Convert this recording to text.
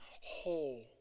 whole